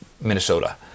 Minnesota